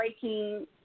breaking